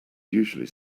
usually